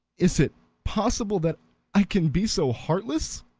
is it possible that i can be so heartless?